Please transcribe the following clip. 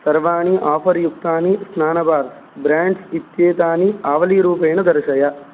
सर्वाणि आफ़र् युक्तानि स्नानबार्स् ब्रेण्ड्स् इत्येतानि आवलीरूपेण दर्शय